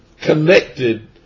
connected